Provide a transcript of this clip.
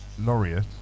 Laureate